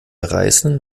reißen